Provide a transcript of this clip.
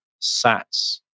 sats